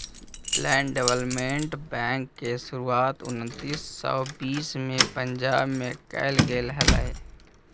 land development bank के शुरुआत उन्नीस सौ बीस में पंजाब में कैल गेले हलइ